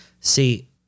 See